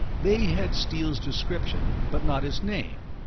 they had steele's description but not his name,